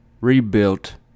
rebuilt